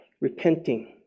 repenting